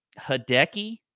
Hideki